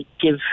give